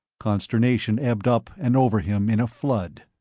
consternation ebbed up and over him in a flood.